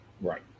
Right